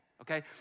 okay